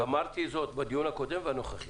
אמרתי זאת בדיון הקודם והנוכחי.